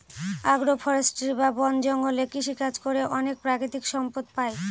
আগ্র ফরেষ্ট্রী বা বন জঙ্গলে কৃষিকাজ করে অনেক প্রাকৃতিক সম্পদ পাই